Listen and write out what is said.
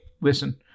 listen